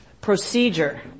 Procedure